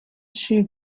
she